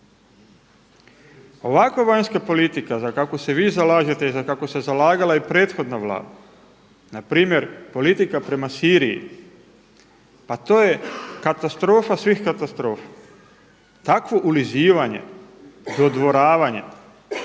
Ovakva vanjska politika za kakvu se vi zalažete i za kakvu se zalagala i prethodna Vlada, na primjer politika prema Siriji pa to je katastrofa svih katastrofa. Takvo ulizivanje, dodvoravanje